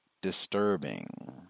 disturbing